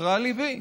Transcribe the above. נקרע ליבי.